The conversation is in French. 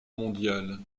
mondiale